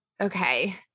okay